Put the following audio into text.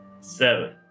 Seven